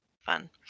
Fun